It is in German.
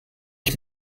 ich